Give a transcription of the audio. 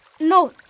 No